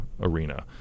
arena